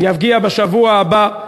ובשבוע הבא יגיע,